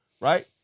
right